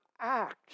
act